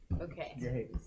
Okay